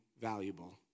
valuable